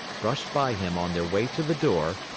brushed by him on their way to the door,